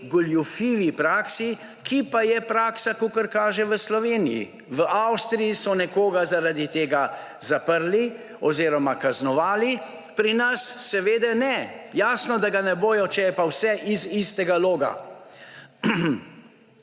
goljufivi praksi, ki pa je praksa, kakor kaže, v Sloveniji. V Avstriji so nekoga zaradi tega zaprli oziroma kaznovali, pri nas seveda ne. Jasno, da ga ne bodo, če je pa vse iz istega loga.